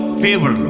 favor